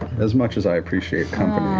as much as i appreciate